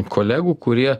kolegų kurie